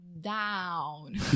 Down